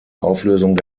auflösung